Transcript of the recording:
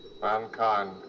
Mankind